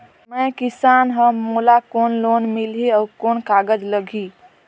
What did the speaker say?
मैं किसान हव मोला कौन लोन मिलही? अउ कौन कागज लगही?